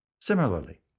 Similarly